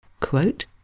Quote